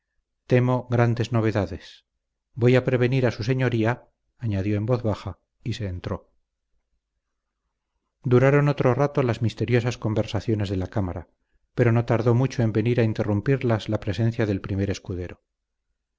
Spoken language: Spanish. temo grandes novedades voy a prevenir a su señoría añadió en voz baja y se entró duraron otro rato las misteriosas conversaciones de la cámara pero no tardó mucho en venir a interrumpirlas la presencia del primer escudero